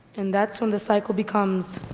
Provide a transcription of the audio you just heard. and that's when the cycle becomes